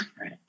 right